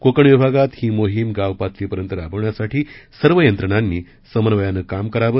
कोकण विभागात ही मोहीम गाव पातळीपर्यंत राबवण्यासाठी सर्व यंत्रणांनी समन्वयानं काम करावं